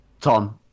Tom